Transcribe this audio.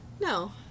no